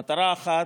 מטרה אחת,